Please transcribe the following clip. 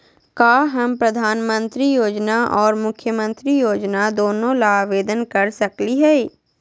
का हम प्रधानमंत्री योजना और मुख्यमंत्री योजना दोनों ला आवेदन कर सकली हई?